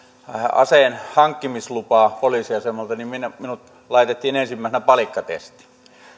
aseen hankkimislupaa poliisiasemalta niin minut laitettiin ensimmäisenä palikkatestiin